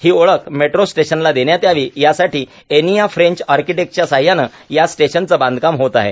ही ओळ्ख मेट्रो स्टेशनला देण्यात यावी यासाठी एनिया फ्रेंच आक्टिक्तच्या साहयाने या स्टेशनचे बांधकाम होत आहे